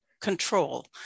control